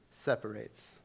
separates